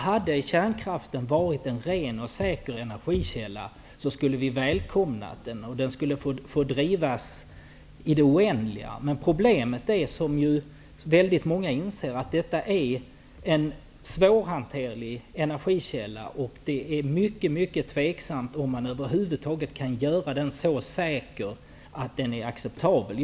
Hade kärnkraften varit en ren och säker energikälla, så hade vi välkomnat den, och den hade fått utnyttjas i det oändliga. Men problemet är - vilket många inser - att detta är en svårhanterlig energikälla. Det är mycket tvivelaktigt om man över huvud taget kan göra den så säker, att den blir acceptabel.